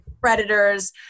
predators